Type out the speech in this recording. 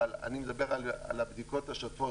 אבל אני מדבר על הבדיקות השוטפות,